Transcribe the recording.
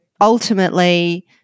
ultimately